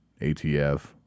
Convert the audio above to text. ATF